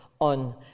on